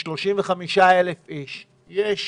מ-35,000 איש יש